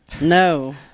No